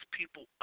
people